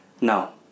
Now